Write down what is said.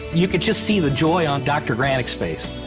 you could just see the joy on dr. granik's face.